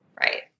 Right